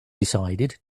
decided